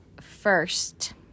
first